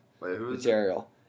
material